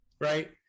right